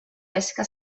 pesca